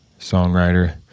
songwriter